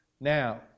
now